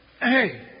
Hey